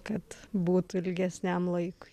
kad būtų ilgesniam laikui